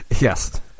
Yes